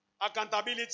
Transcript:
Accountability